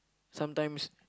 sometimes